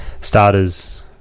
starters